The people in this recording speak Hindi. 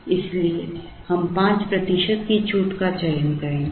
इसलिए हम 5 प्रतिशत छूट का चयन करेंगे